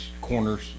corners